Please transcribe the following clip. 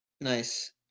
nice